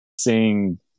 seeing